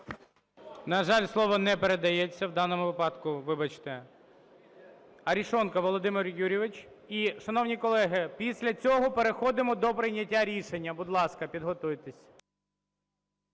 На жаль, слово не передається в даному випадку. Вибачте. Арешонков Володимир Юрійович. І, шановні колеги, після цього переходимо до прийняття рішення. Будь ласка, підготуйтесь.